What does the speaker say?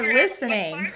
listening